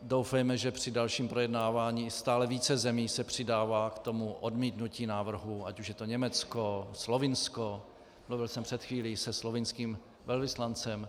Doufejme, že při dalším projednávání stále více zemí se přidává k tomu odmítnutí návrhu, ať už je to Německo, Slovinsko mluvil jsem před chvílí se slovinským velvyslancem.